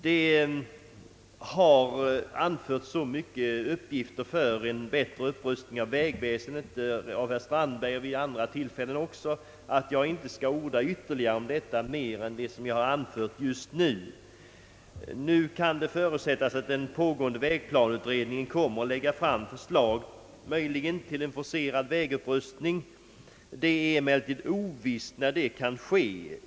Det har anförts så många uppgifter för en upprustning av vägväsendet av herr Strandberg i dag och även vid andra tillfällen, att jag inte skall orda ytterligare om detta utöver vad jag nu sagt. Det kan förutsättas att den pågående <vägplaneutredningen «möjligen kommer att lägga fram förslag till en forcerad vägupprustning. Det är emellertid ovisst när det kan ske.